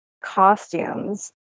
costumes